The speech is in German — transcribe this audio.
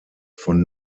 von